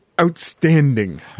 outstanding